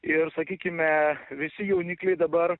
ir sakykime visi jaunikliai dabar